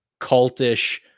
cultish